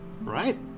right